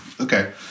Okay